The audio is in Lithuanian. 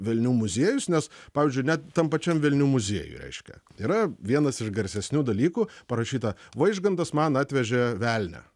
velnių muziejus nes pavyzdžiui net tam pačiam velnių muziejuj reiškia yra vienas iš garsesnių dalykų parašyta vaižgantas man atvežė velnią